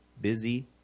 busy